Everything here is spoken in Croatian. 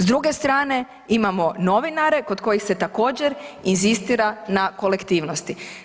S druge strane, imamo novinare kod kojih se također inzistira na kolektivnosti.